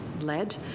led